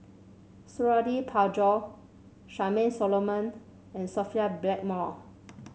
Suradi Parjo Charmaine Solomon and Sophia Blackmore